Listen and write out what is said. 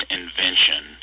invention